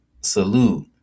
salute